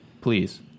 please